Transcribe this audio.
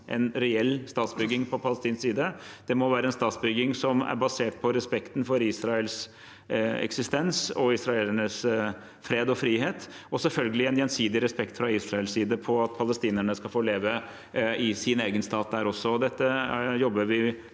en reell statsbygging på palestinsk side. Det må være en statsbygging som er basert på respekt for Israels eksistens og israelernes fred og frihet, og selvfølgelig en gjensidig respekt fra Israels side for at palestinerne skal få leve i sin egen stat der også. Dette jobber vi